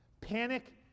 Panic